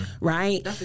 right